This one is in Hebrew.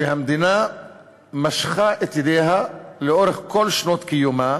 שהמדינה משכה את ידיה לאורך כל שנות קיומה